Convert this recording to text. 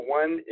one